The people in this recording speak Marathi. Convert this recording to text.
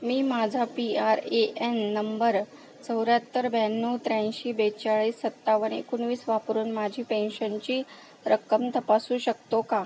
मी माझा P R A N number चौर्याहत्तर ब्याण्णव त्र्याऐंशी बेचाळीस सत्तावन्न एकोणवीस वापरून माझी पेन्शनची रक्कम तपासू शकतो का